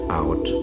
out